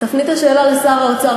תפני את השאלה לשר האוצר,